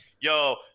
yo